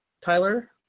Tyler